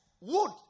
wood